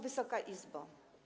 Wysoka Izbo!